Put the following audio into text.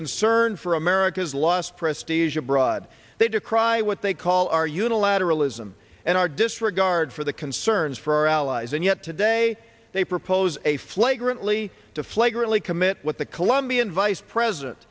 concern for america's lost prestige abroad they decry what they call our unilateralism and our disregard for the concerns for our allies and yet today they propose a flagrantly to flagrantly commit what the colombian vice president